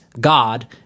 God